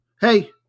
Hey